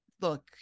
look